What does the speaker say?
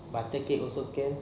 butter cake also can